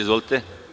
Izvolite.